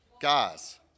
guys